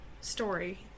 story